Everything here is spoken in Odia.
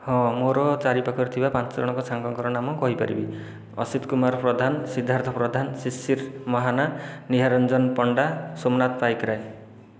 ହଁ ମୋର ଚାରି ପାଖରେ ଥିବା ପାଞ୍ଚ ଜଣ ସାଙ୍ଗଙ୍କର ନାମ କହି ପାରିବି ଅସିତ କୁମାର ପ୍ରଧାନ ସିଦ୍ଧାର୍ଥ ପ୍ରଧାନ ଶିଶିର ମହାନା ନିହାର ରଞ୍ଜନ ପଣ୍ଡା ସୋମନାଥ ପାଇକରାୟ